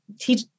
teach